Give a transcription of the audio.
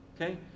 Okay